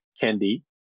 candy